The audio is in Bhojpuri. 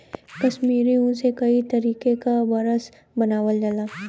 कसमीरी ऊन से कई तरे क बरस बनावल जाला